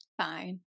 Fine